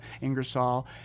Ingersoll